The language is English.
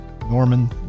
Norman